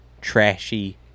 Trashy